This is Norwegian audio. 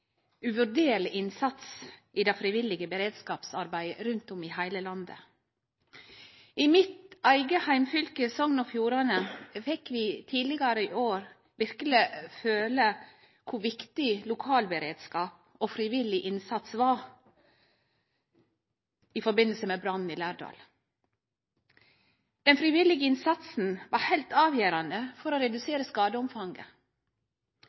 uvurderleg innsats i det frivillige beredskapsarbeidet rundt om i heile landet. I mitt eige heimfylke, Sogn og Fjordane, fekk vi tidlegare i år verkeleg føle kor viktig lokal beredskap og frivillig innsats er i forbindelse med brannen i Lærdal. Den frivillige innsatsen var heilt avgjerande for å